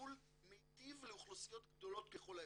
טיפול מיטיב לאוכלוסיות גדולות ככל האפשר,